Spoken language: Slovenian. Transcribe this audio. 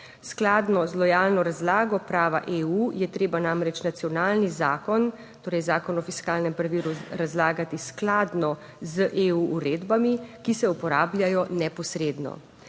Skladno z lojalno razlago prava EU je treba namreč nacionalni zakon, torej Zakon o fiskalnem pravilu razlagati skladno z EU uredbami, ki se uporabljajo neposredno.